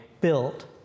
built